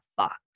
fuck